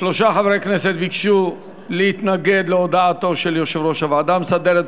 שלושה חברי כנסת ביקשו להתנגד להודעתו של יושב-ראש הוועדה המסדרת.